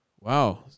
Wow